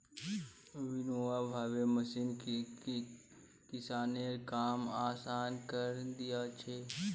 winnowing machine किसानेर काम आसान करे दिया छे